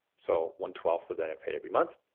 so one twelfth of that paid every month,